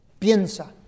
piensa